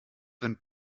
wenn